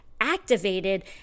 activated